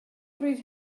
bryd